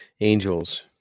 Angels